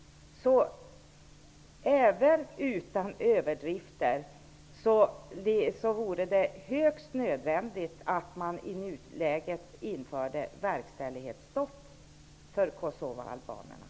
Så det är ändå högst nödvändigt att man i nuläget inför verkställighetsstopp för avvisning av kosovaalbanerna.